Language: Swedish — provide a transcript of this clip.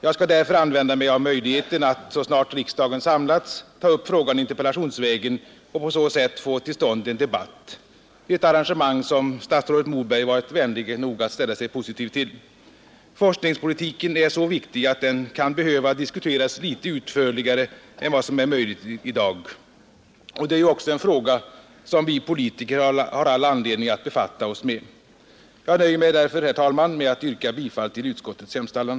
Jag skall därför använda mig av möjligheten att så snart riksdagen samlats i januari ta upp frågan interpellationsvägen och på så sätt få till stånd en debatt, ett arrangemang som statsrådet Moberg varit vänlig nog att ställa sig positiv till. Forskningspolitiken är så viktig, att den kan behöva diskuteras litet utförligare än vad som är möjligt i dag. Det är också en fråga som vi politiker har all anledning att befatta oss med. Jag nöjer mig därför, herr talman, med att yrka bifall till utskottets hemställan.